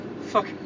fuck